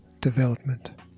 development